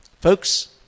Folks